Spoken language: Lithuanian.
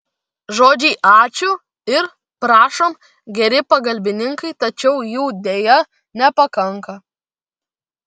žodžiai ačiū ir prašom geri pagalbininkai tačiau jų deja nepakanka